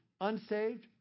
unsaved